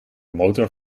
motor